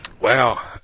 Wow